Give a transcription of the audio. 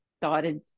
started